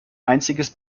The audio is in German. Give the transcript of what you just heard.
einziges